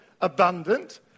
abundant